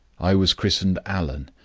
i was christened allan,